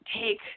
take